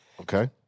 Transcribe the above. Okay